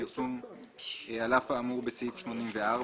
86.פרסום נתוני עמלות על אף האמור בסעיף 84,